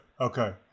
Okay